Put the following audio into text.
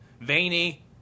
veiny